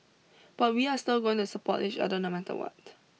but we are still going to support each other no matter what